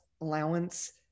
allowance